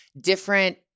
different